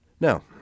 now